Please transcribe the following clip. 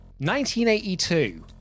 1982